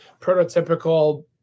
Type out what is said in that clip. prototypical